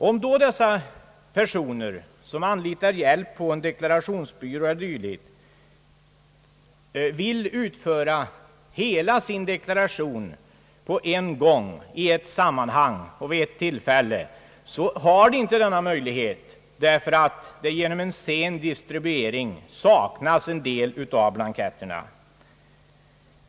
Om dessa personer som anlitar hjälp på en deklarationsbyrå eller dylikt vill utföra hela sin deklaration på en gång, i ett sammanhang och vid ett tillfälle, så har de inte denna möjlighet för att en del av blanketterna saknas till följd av en sen distribuering.